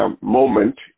moment